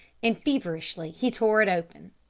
and feverishly he tore it open.